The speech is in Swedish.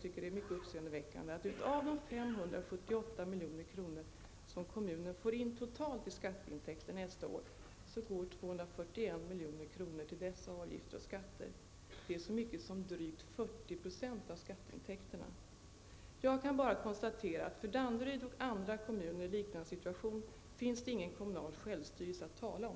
vilket är mycket uppseendeväckande -- att av de 578 miljoner som kommunen får in totalt i skatteintäkter nästa år, går 241 miljoner till dessa avgifter och skatter, dvs. så mycket som drygt 40 % Jag kan bara konstatera att det för Danderyd och andra kommuner med liknande situation inte längre finns någon kommunal självstyrelse att tala om.